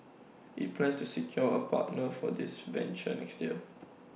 IT plans to secure A partner for this venture next year